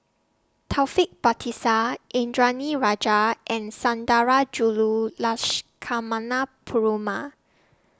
Taufik Batisah Indranee Rajah and Sundarajulu Perumal